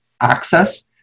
access